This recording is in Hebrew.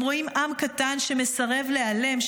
הם רואים עם קטן שמסרב להיעלם,